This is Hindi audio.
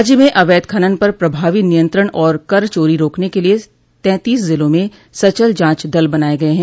राज्य में अवैध खनन पर प्रभावी नियंत्रण और कर चोरी रोकने के लिये तैंतीस ज़िलों में सचल जांच दल बनाय गये हैं